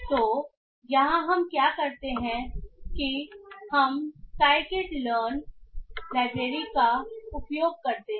तो यहाँ हम क्या करते हैं कि हम एससीआईकिट लर्न लाइब्रेरी का उपयोग करते हैं